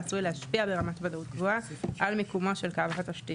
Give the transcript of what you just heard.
העשוי להשפיע ברמת ודאות גבוהה על מיקומו של קו התשית.